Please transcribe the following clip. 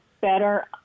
better